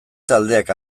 taldeak